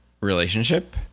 relationship